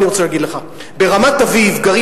אני רוצה להגיד לך: ברמת-אביב גרים